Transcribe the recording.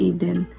Eden